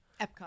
epcot